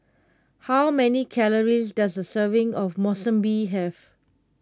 how many calories does a serving of Monsunabe have